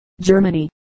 Germany